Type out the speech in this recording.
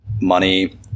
money